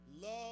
Love